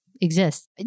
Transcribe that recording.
Exists